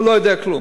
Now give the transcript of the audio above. הוא לא יודע כלום.